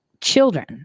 children